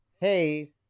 Hey